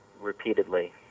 repeatedly